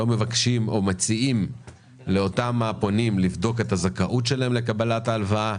לא מבקשים או מציעים לאותם פונים לבדוק את הזכאות שלהם לקבלת ההלוואה.